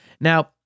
Now